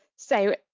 so,